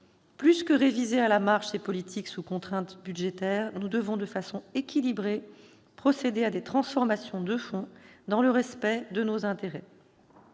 Plus que réviser à la marge ces politiques sous contrainte budgétaire, nous devons, de façon équilibrée, procéder à des transformations de fond dans le respect de nos intérêts.